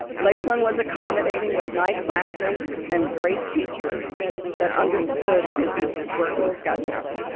lakeland was accommodating with night classes and great teachers that understood busy so working schedules.